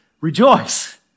rejoice